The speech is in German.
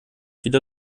wieder